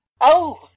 Oh